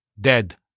dead